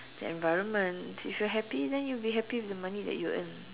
the environment if you happy then you'll be happy with the money that you earn